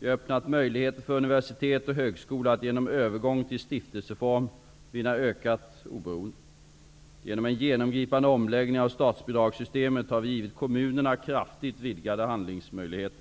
Vi har öppnat möjligheter för universitet och högskolor att genom övergång till stiftelseform vinna ökat oberoende. Genom en genomgripande omläggning av statsbidragssystemet har vi givit kommunerna kraftigt vidgade handlingsmöjligheter.